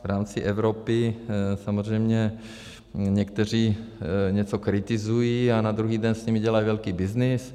V rámci Evropy samozřejmě někteří něco kritizují a na druhý den s nimi dělají velký byznys.